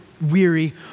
weary